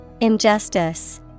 Injustice